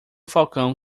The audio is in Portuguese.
falcão